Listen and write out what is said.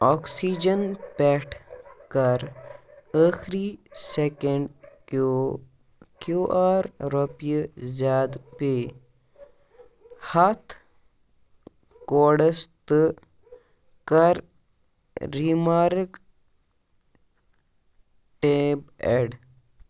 oxygen پٮ۪ٹھ کَر ٲخٕری سکینحڈ کیٚو کیٚو آر رۄپیہِ زیٛادٕ پے ہتھ کوڈَس تہٕ کَر ریمارٕک ٹیٚمپ ایڈ